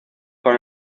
con